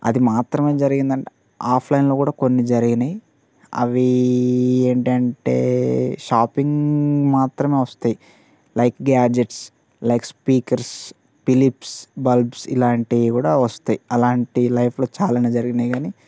అది మాత్రమే జరిగిందంట ఆఫ్లైన్లో కూడా కొన్ని జరిగినాయి అవి ఏంటంటే షాపింగ్ మాత్రమే వస్తాయి like gadgets like speakers Philips bulbs ఇలాంటివి కూడా వస్తాయి అలాంటి లైఫ్లో చాలానే జరిగినాయి కానీ